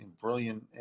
brilliant